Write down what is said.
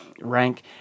rank